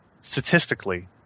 statistically